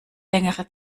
längere